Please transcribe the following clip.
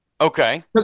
Okay